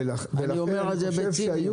אני אומר את זה בציניות.